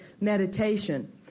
meditation